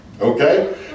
okay